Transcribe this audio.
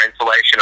insulation